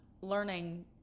learning